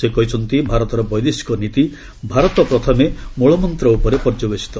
ସେ କହିଛନ୍ତି ଭାରତର ବୈଦେଶିକ ନୀତି 'ଭାରତ ପ୍ରଥମେ' ମୂଳମନ୍ତ୍ର ଉପରେ ପର୍ଯ୍ୟବେଶିତ